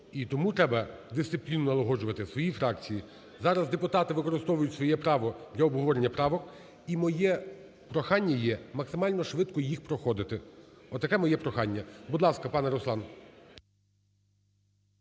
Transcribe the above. тому треба дисципліну налагоджувати у своїй фракції. Зараз депутати використовують своє право для обговорення правок. І моє прохання є максимально швидко їх проходити. Отаке моє прохання. Будь ласка, пане Руслан.